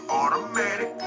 automatic